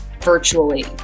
virtually